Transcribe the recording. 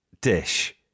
dish